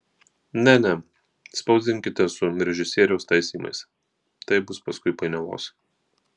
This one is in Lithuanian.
ne ne spausdinkite su režisieriaus taisymais taip bus paskui painiavos